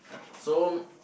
so